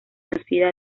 conocida